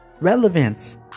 relevance